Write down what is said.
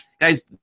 guys